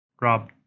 Rob